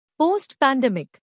Post-pandemic